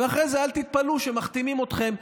ואחרי זה אל תתפלאו שמחתימים אתכם,